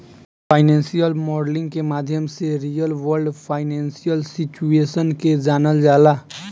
financial modelling के माध्यम से रियल वर्ल्ड फाइनेंशियल सिचुएशन के जानल जाला